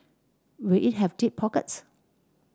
will it have deep pockets